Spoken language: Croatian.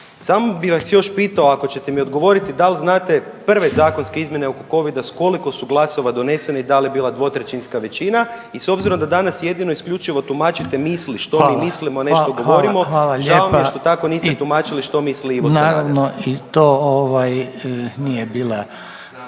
Samo bi vas još pitao, ako ćete mi odgovoriti, da li znate prve zakonske izmjene oko Covida, s koliko su glasova donesene i da li je bila dvotrećinska većina i s obzirom da danas jedino i isključivo tumačite mislite što mi mislimo .../Upadica: Hvala. Hvala. Hvala./... a ne što govorimo, žao mi je